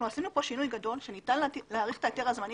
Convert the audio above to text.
אנחנו עשינו כאן שינוי גדול שניתן להאריך את ההיתר הזמני